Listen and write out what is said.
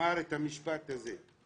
אמר את המשפט הזה.